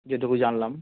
যেটুকু জানলাম